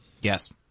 yes